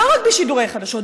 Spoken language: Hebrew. לא רק בשידורי חדשות,